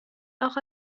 auch